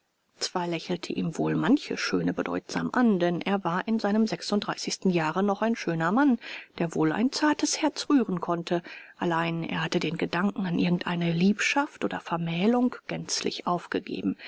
zwar lächelte ihn wohl manche schöne bedeutsam an denn er war in seinem sechsunddreißigsten jahre noch ein schöner mann der wohl ein zartes herz rühren konnte allein er hatte den gedanken an irgend eine liebschaft oder vermählung gänzlich aufgegeben